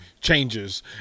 changes